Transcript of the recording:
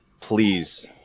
please